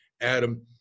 Adam